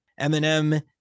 Eminem